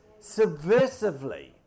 subversively